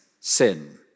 sin